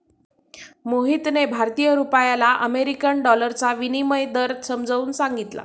मोहितने भारतीय रुपयाला अमेरिकन डॉलरचा विनिमय दर समजावून सांगितला